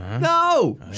no